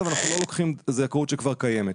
אבל אנחנו לא לוקחים זכאות שכבר קיימת.